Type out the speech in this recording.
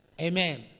Amen